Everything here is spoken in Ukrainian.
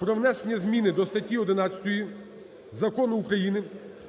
про внесення зміни до статті 11 Закону України